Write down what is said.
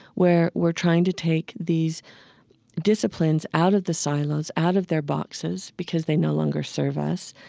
where we're trying to take these disciplines out of the silos, out of their boxes, because they no longer serve us,